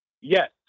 Yes